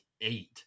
eight